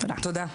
תודה.